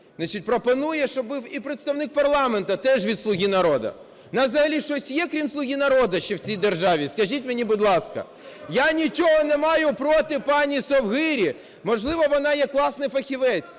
пропонує, щоб був і представник парламенту теж від "Слуги народу". У нас взагалі є щось, крім "Слуги народу", ще в цій державі, скажіть мені, будь ласка? Я нічого не маю проти пані Совгирі, можливо, вона є класний фахівець,